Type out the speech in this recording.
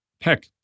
Heck